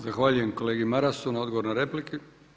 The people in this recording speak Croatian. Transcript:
Zahvaljujem kolegi Marasu na odgovoru na replici.